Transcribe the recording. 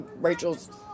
Rachel's